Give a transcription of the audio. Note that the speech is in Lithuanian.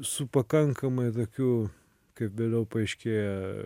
su pakankamai tokių kaip vėliau paaiškėja